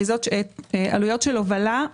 עלויות של הובלה,